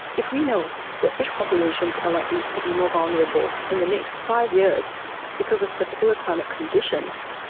if we know that fish populations are likely to be more vulnerable in the next five years because of particular climate conditions,